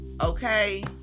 okay